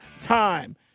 time